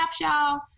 y'all